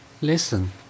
Listen